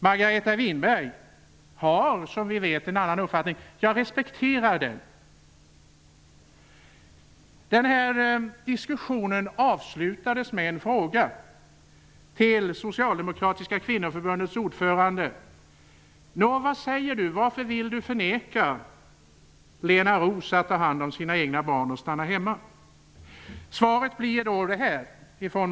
Margareta Winberg har, som vi vet, en annan uppfattning. Jag respekterar den. Diskussionen avslutades med en fråga till Nå vad säger du? Varför vill du förneka Lena Roos att stanna hemma och ta hand om sina egna barn?